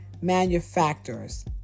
manufacturers